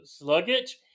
luggage